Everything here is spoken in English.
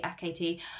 FKT